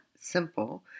simple